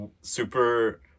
super